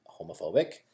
homophobic